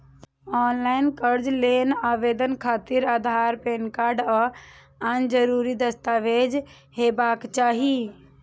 ऑनलॉन कर्ज लेल आवेदन खातिर आधार, पैन कार्ड आ आन जरूरी दस्तावेज हेबाक चाही